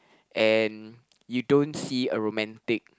and you don't see a romantic